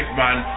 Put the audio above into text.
man